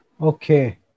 Okay